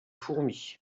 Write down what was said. fourmis